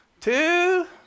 two